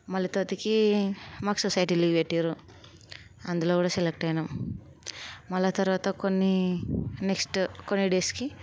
మళ్ళీ తోతుకి మాకు సొసైటీ పెట్టారు అందులో కూడా సెలెక్ట్ అయినాం మళ్ళీ తర్వాత కొన్ని నెక్స్ట్ కొన్ని డేస్కి